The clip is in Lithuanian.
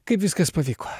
kaip viskas pavyko